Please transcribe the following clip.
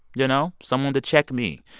you know, someone to check me.